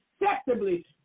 acceptably